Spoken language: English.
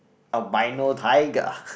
albino tiger